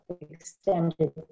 extended